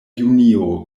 junio